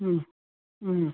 ಹ್ಞೂ ಹ್ಞೂ